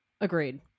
Agreed